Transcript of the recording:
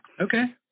okay